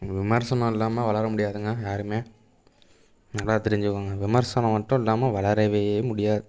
விமர்சனம் இல்லாமல் வளர முடியாதுங்க யாரும் நல்லா தெரிஞ்சுக்கோங்க விமர்சனம் மட்டும் இல்லாமல் வளரவே முடியாது